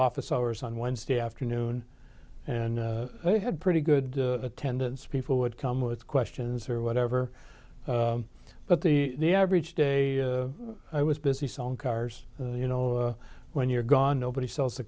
office hours on wednesday afternoon and they had pretty good attendance people would come with questions or whatever but the average day i was busy selling cars you know when you're gone nobody sells the